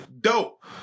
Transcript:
Dope